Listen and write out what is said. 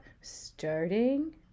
starting